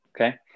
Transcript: Okay